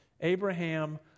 Abraham